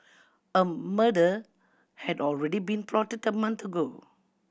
a murder had already been plotted a month ago